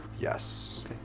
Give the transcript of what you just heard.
yes